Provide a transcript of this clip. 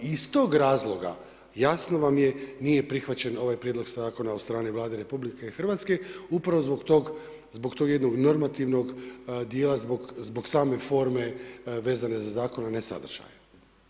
I iz tog razloga, jasno vam je, nije prihvaćen ovaj prijedlog zakona od strane Vlade RH, upravo zbog tog jednog normativnog djela, zbog same forme vezano za zakon a ne sadržaj.